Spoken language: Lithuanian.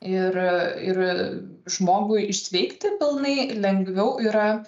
ir ir žmogui išsveikti pilnai lengviau yra